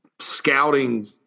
scouting